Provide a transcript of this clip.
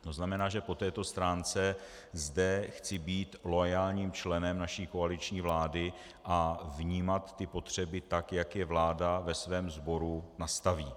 To znamená, že po této stránce zde chci být loajálním členem naší koaliční vlády a vnímat ty potřeby tak, jak je vláda ve svém sboru nastaví.